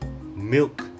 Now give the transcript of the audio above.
milk